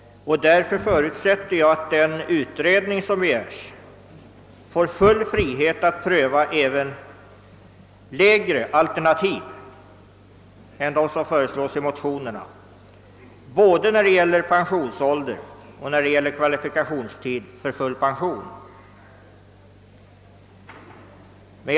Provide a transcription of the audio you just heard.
Därför förutsätter jag att den utredning som begärs får full frihet att pröva även alternativ med lägre pensionsålder och kortare kvalifikationstid för full pension än vad som föreslås i motionerna.